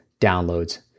downloads